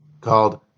called